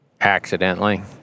accidentally